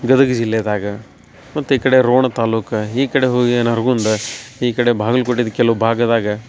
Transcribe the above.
ಗದಗ್ ಜಿಲ್ಲೆದಾಗ ಮತ್ತು ಈ ಕಡೆ ರೋಣ ತಾಲೂಕು ಈ ಕಡೆ ಹೋಗಿ ನರ್ಗುಂದ ಈ ಕಡೆ ಬಾಗಲ್ಕೋಟೆದು ಕೆಲವು ಭಾಗದಾಗ